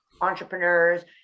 entrepreneurs